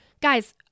Guys